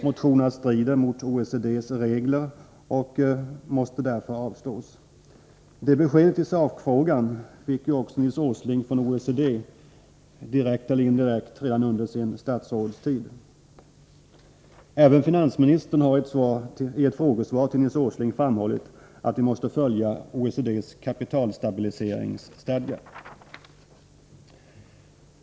Motionerna strider mot OECD:s regler och måste därför avslås av riksdagen. Det beskedet — i sakfrågan — fick ju också Nils Åsling från OECD, direkt eller indirekt, redan under sin statsrådstid. Även finansministern har i ett frågesvar till Nils Åsling framhållit att vi måste följa OECD:s kapitalstabiliseringsstadga.